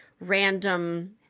random